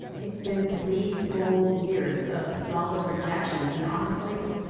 it's been three full years of solid rejection, and honestly,